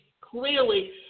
clearly